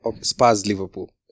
Spurs-Liverpool